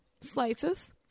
slices